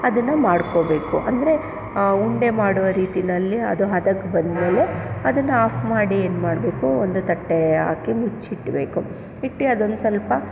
ಅದನ್ನು ಮಾಡ್ಕೋಬೇಕು ಅಂದರೆ ಉಂಡೆ ಮಾಡುವ ರೀತಿಯಲ್ಲಿ ಅದು ಹದಕ್ಕೆ ಬಂದಮೇಲೆ ಅದನ್ನು ಆಫ್ ಮಾಡಿ ಏನು ಮಾಡಬೇಕು ಒಂದು ತಟ್ಟೆ ಹಾಕಿ ಮುಚ್ಚಿಡ್ಬೇಕು ಇಟ್ಟು ಅದೊಂದು ಸ್ವಲ್ಪ